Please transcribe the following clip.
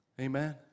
Amen